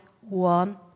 one